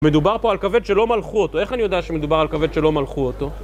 מדובר פה על כבד שלא מלכו אותו, איך אני יודע שמדובר על כבד שלא מלכו אותו?